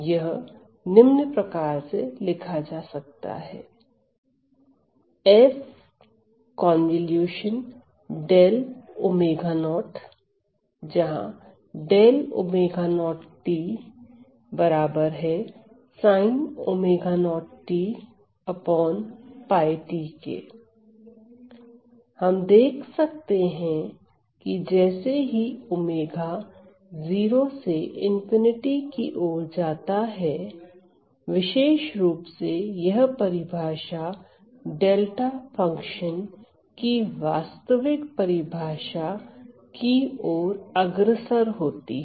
यह निम्न प्रकार से लिखा जा सकता है जहां हम देख सकते हैं जैसे ही 𝛚 0 से ∞ की ओर जाता है विशेष रूप से यह परिभाषा डेल्टा फंक्शन की वास्तविक परिभाषा की ओर अग्रसर होती है